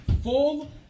full